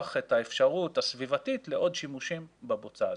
את האפשרות הסביבתית לעוד שימושים בבוצה הזאת.